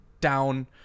down